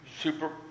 super